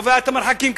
שקובע את המרחקים כהלכה,